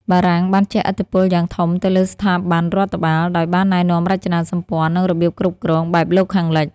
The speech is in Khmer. បារាំងបានជះឥទ្ធិពលយ៉ាងធំទៅលើស្ថាប័នរដ្ឋបាល ដោយបានណែនាំរចនាសម្ព័ន្ធ និងរបៀបគ្រប់គ្រងបែបលោកខាងលិច។